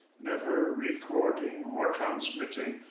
never recording or transmitting,